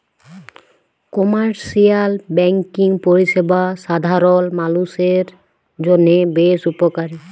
commercial banking পরিষেবা সাধারল মালুষের জন্হে বেশ উপকারী